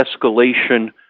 escalation